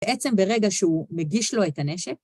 בעצם, ברגע שהוא מגיש לו את הנשק,